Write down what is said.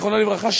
זיכרונו לברכה,